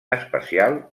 especial